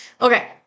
Okay